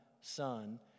son